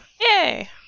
Yay